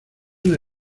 una